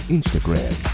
Instagram